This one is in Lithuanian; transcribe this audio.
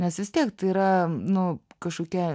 nes vis tiek tai yra nu kažkokia